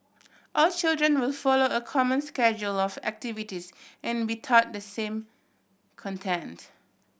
all children will follow a common schedule of activities and be taught the same content